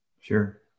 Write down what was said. Sure